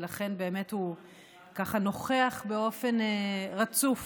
ולכן באמת הוא נוכח באופן רצוף.